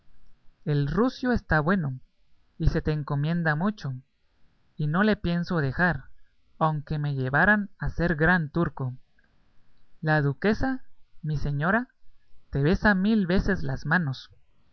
el rucio está bueno y se te encomienda mucho y no le pienso dejar aunque me llevaran a ser gran turco la duquesa mi señora te besa mil veces las manos